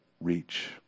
reach